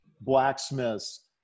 blacksmiths